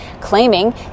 claiming